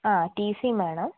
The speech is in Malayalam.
ആ ടി സിയും വേണം